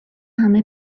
همه